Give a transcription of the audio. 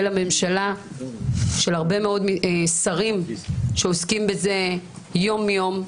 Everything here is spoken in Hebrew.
הממשלה והרבה מאוד שרים שעוסקים בזה יום יום,